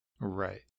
Right